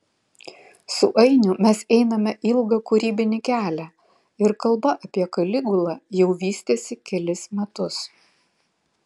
su ainiu mes einame ilgą kūrybinį kelią ir kalba apie kaligulą jau vystėsi kelis metus